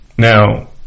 Now